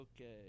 Okay